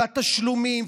התשלומים,